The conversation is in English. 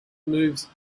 moves